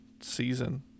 season